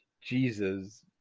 Jesus